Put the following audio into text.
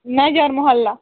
Najar Mohalla